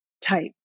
type